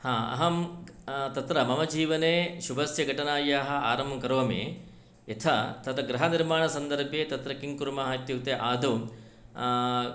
अहं तत्र मम जीवने शुभस्य घटनायाः आरम्भं करोमि यथा तत् गृहनिर्माणसन्दर्भे तत्र किङ्कुर्मः इत्युक्ते आदौ